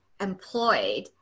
employed